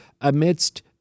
amidst